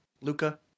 Luca